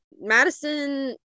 Madison